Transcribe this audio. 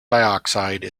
dioxide